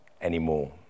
anymore